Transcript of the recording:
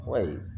Wait